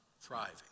thriving